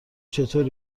چطور